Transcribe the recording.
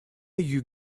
you